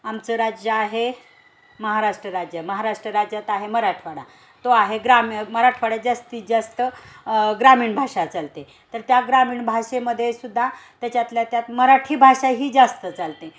आमचं राज्य आहे महाराष्ट्र राज्य महाराष्ट्र राज्यात आहे मराठवाडा तो आहे ग्राम मराठवाड्यात जास्तीत जास्त ग्रामीण भाषा चालते तर त्या ग्रामीण भाषेमध्येसुद्धा त्याच्यातल्या त्यात मराठी भाषा ही जास्त चालते